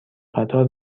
قطار